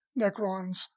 Necrons